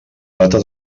data